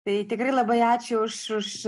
tai tikrai labai ačiū už už